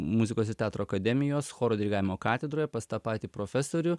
muzikos ir teatro akademijos choro dirigavimo katedroje pas tą patį profesorių